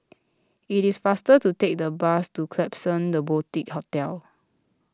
it is faster to take the bus to Klapsons the Boutique Hotel